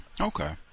okay